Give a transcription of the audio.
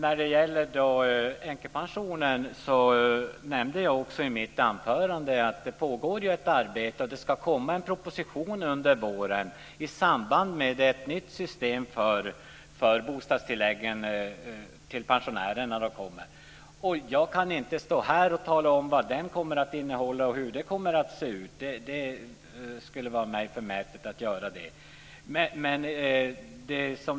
Fru talman! Jag nämnde i mitt anförande att det pågår ett arbete om änkepensionen. Det ska komma en proposition under våren i samband med ett nytt system för bostadstilläggen till pensionärerna. Jag kan inte stå här och tala om vad propositionen kommer att innehålla och hur den kommer att se ut. Det skulle vara förmätet av mig att göra det.